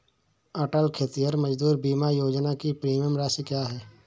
अटल खेतिहर मजदूर बीमा योजना की प्रीमियम राशि क्या है?